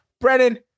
Brennan